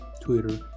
Twitter